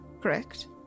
Correct